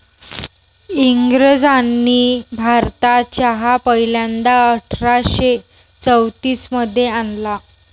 इंग्रजांनी भारतात चहा पहिल्यांदा अठरा शे चौतीस मध्ये आणला